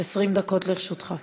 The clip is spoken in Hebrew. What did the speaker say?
20 דקות לרשותך.